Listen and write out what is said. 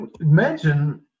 imagine